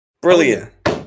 Brilliant